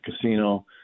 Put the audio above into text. casino –